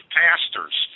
pastors